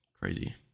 crazy